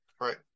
Right